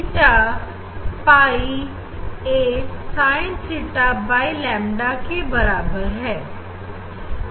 beta pi a sin theta by lambda के बराबर है